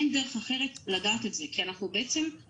אין דרך אחרת לדעת את זה כי אנחנו עלולים